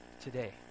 today